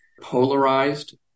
polarized